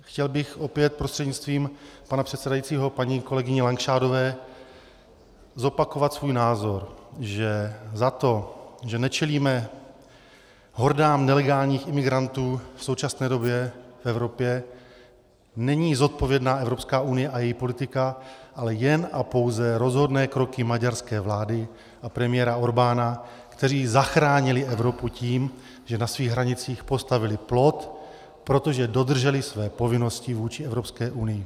Chtěl bych, opět prostřednictvím pana předsedajícího, paní kolegyni Langšádlové zopakovat svůj názor, že za to, že nečelíme hordám nelegálních imigrantů v současné době v Evropě, není zodpovědná Evropská unie a její politika, ale jen a pouze rozhodné kroky maďarské vlády a premiéra Orbána, kteří zachránili Evropu tím, že na svých hranicích postavili plot, protože dodrželi své povinnosti vůči Evropské unii.